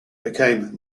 became